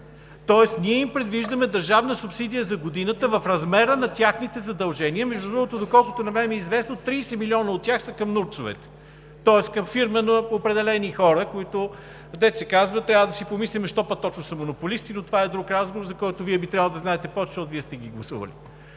Тоест ние им предвиждаме държавна субсидия за годината в размера на техните задължения. Между другото, доколкото на мен ми е известно, 30 млн. лв. от тях са към НУРТС-овете. Тоест към фирма на определени хора, за които, както се казва, трябва да си помислим: защо пък точно са монополисти? Но това е друг разговор, за който Вие би трябвало да знаете повече, защото Вие сте ги гласували.